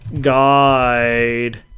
guide